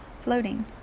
floating